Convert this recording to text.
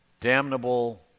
damnable